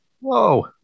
whoa